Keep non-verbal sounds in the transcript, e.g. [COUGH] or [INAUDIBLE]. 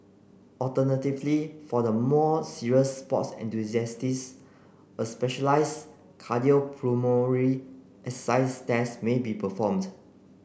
alternatively for the more serious sports [UNINTELLIGIBLE] a specialised cardiopulmonary exercise test may be performed